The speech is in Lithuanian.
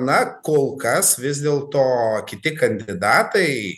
na kol kas vis dėl to kiti kandidatai